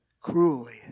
cruelly